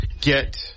get